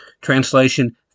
Translation